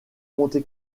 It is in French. monte